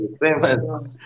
famous